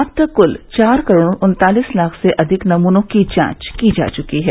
अब तक कुल चार करोड़ उन्तालीस लाख से अधिक नमूनों की जांच की जा चुकी है